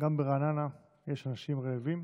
גם ברעננה יש אנשים רעבים.